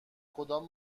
کدام